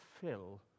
fill